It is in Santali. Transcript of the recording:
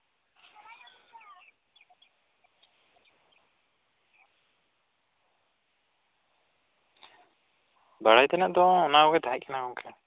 ᱵᱟᱲᱟᱭ ᱛᱮᱱᱟᱜ ᱫᱚ ᱚᱱᱟ ᱠᱚᱜᱮ ᱛᱟᱦᱮᱸ ᱠᱟᱱᱟ ᱜᱚᱝᱠᱮ